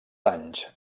anys